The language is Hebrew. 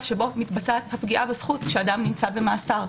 שבו הפגיעה בזכות כשאדם נמצא במאסר,